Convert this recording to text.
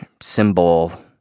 symbol